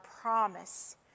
promise